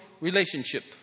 relationship